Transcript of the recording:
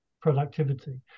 productivity